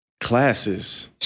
classes